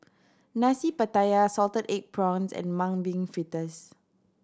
Nasi Pattaya salted egg prawns and Mung Bean Fritters